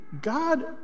God